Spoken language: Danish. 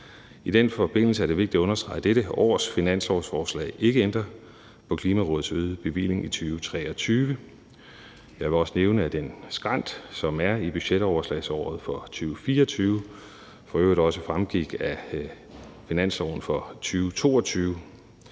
I den forbindelse er det vigtigt at understrege, at dette års finanslovsforslag ikke ændrer på Klimarådets øgede bevilling i 2023. Jeg vil også nævne, at den skrænt, som er i budgetoverslagsåret for 2024, for øvrigt også fremgik af finansloven for 2022.